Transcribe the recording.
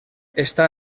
està